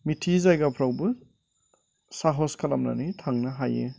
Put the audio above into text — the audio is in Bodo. मिथियै जायगाफोरावबो साह'स खालामनानै थांनो हायो